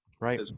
right